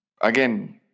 again